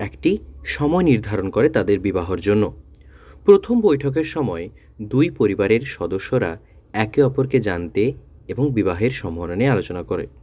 একটি সময় নির্ধারণ করে তাদের বিবাহর জন্য প্রথম বৈঠকের সময় দুই পরিবারের সদস্যরা একে অপরকে জানতে এবং বিবাহের সমরণে আলোচনা করে